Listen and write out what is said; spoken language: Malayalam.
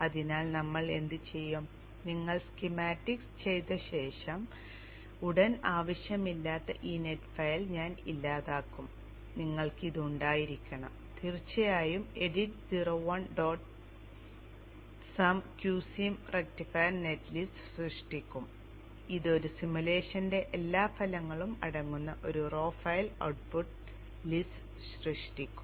അതിനാൽ ഞങ്ങൾ എന്തുചെയ്യും നിങ്ങൾ സ്കീമാറ്റിക്സ് ചെയ്തതിന് ശേഷം ഉടൻ ആവശ്യമില്ലാത്ത ഈ നെറ്റ് ഫയൽ ഞാൻ ഇല്ലാതാക്കും നിങ്ങൾക്ക് ഇത് ഉണ്ടായിരിക്കണം തീർച്ചയായും edit 0 1 dot sum q sim rectifier net list സൃഷ്ടിക്കും അത് ഒരു സിമുലേഷന്റെ എല്ലാ ഫലങ്ങളും അടങ്ങുന്ന ഒരു റോ ഫയൽ ഔട്ട്പുട്ട് ലിസ്റ്റ് സൃഷ്ടിക്കും